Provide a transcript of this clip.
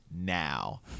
now